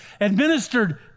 administered